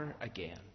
again